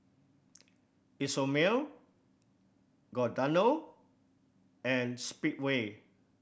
Isomil Giordano and Speedway